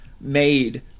made